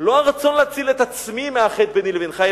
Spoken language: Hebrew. לא הרצון להציל את עצמי מאחד ביני לבינך,